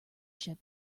ship